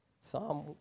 Psalm